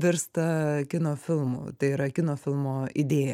virsta kino filmu tai yra kino filmo idėja